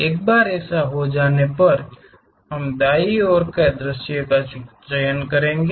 एक बार ऐसा हो जाने पर हम दाईं ओर का दृश्य चुन लेंगे